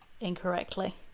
incorrectly